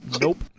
Nope